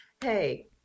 hey